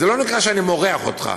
זה לא נקרא שאני מורח אותך.